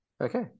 Okay